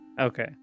Okay